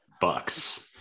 bucks